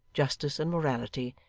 justice, and morality,